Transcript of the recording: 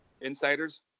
insiders